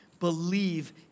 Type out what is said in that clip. Believe